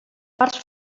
parts